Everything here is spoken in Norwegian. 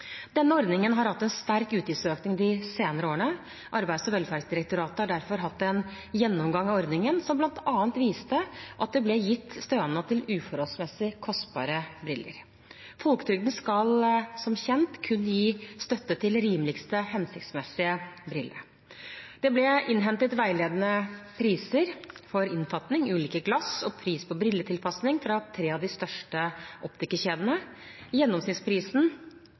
Denne ordningen har hatt en sterk utgiftsøkning de senere årene. Arbeids- og velferdsdirektoratet har derfor hatt en gjennomgang av ordningen, som bl.a. viste at det ble gitt stønad til uforholdsmessig kostbare briller. Folketrygden skal, som kjent, kun gi støtte til rimeligste, hensiktsmessige brille. Det ble innhentet veiledende priser for innfatning, ulike glass og pris på brilletilpasning fra tre av de største optikerkjedene. Gjennomsnittsprisen